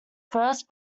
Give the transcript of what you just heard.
first